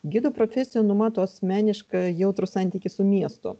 gidų profesija numato asmenišką jautrų santykį su miestu